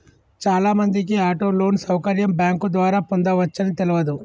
చాలామందికి auto loan సౌకర్యం bank ద్వారా పొందవచ్చని తెలవదు